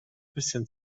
bisschen